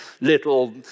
little